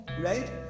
right